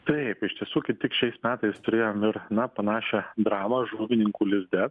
taip iš tiesų kaip tik šiais metais turėjom ir na panašią dramą žuvininkų lizde